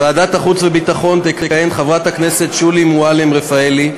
בוועדת החוץ והביטחון תכהן חברת הכנסת שולי מועלם-רפאלי,